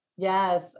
Yes